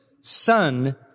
son